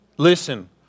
Listen